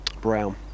Brown